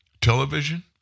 Television